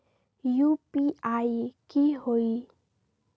UPI की होई?